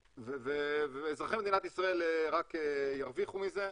אזרחי מדינת ישראל רק ירוויחו מזה,